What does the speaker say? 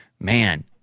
Man